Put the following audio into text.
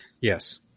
Yes